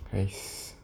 nice